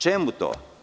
Čemu to?